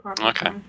Okay